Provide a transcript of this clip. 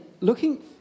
looking